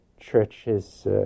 churches